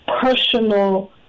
personal